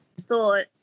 thought